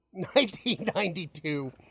1992